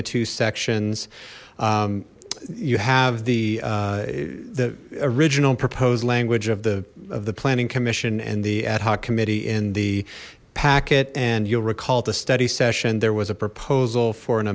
the two sections you have the the original proposed language of the of the planning commission and the ad hoc committee in the packet and you'll recall the study session there was a proposal for an